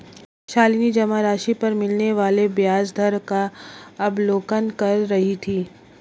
शालिनी जमा राशि पर मिलने वाले ब्याज दर का अवलोकन कर रही थी